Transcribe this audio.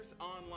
online